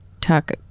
talk